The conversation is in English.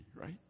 right